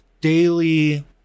daily